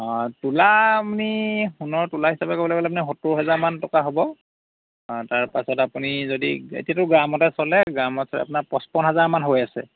অ' তোলা আপুনি সোণৰ তোলা হিচাপে ক'বলে গ'লে আপুনি সত্তৰ হাজাৰ হাজাৰ মান টকা হ'ব তাৰ পাছত আপুনি যদি এতিয়াটো গ্ৰামতে চলে গ্ৰামত আপোনাৰ পঁছপন হাজাৰ মান হৈ আছে